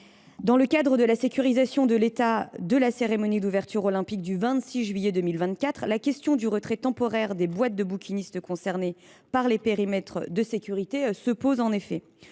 Dans le cadre de la sécurisation par l’État de la cérémonie d’ouverture olympique du 26 juillet 2024, la question du retrait temporaire des boîtes des bouquinistes concernés par les périmètres de sécurité se pose.